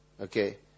Okay